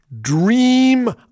Dream